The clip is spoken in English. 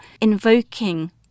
invoking